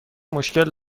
مشکل